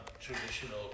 traditional